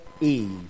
Eve